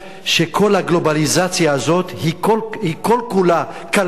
שכל הגלובליזציה הזאת היא כל-כולה כלכלית